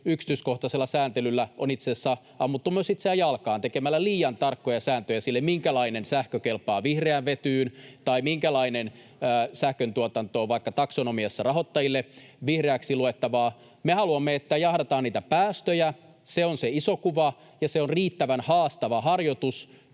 yksityiskohtaisella sääntelyllä on itse asiassa ammuttu myös itseä jalkaan tekemällä liian tarkkoja sääntöjä sille, minkälainen sähkö kelpaa vihreään vetyyn tai minkälainen sähköntuotanto on vaikka taksonomiassa rahoittajille vihreäksi luettavaa. Me haluamme, että jahdataan päästöjä. Se on se iso kuva, ja se on riittävän haastava harjoitus